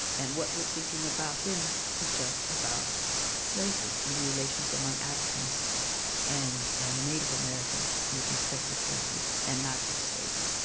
and what we're thinking about them teach us about slavery and relations among africans and and native americans, with respect to slavery, and not just slavery.